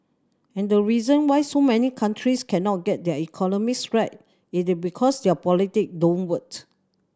and the reason why so many countries cannot get their economies right it is because their politic don't work